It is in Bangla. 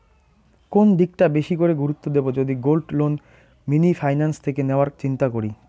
কোন দিকটা বেশি করে গুরুত্ব দেব যদি গোল্ড লোন মিনি ফাইন্যান্স থেকে নেওয়ার চিন্তা করি?